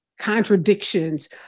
contradictions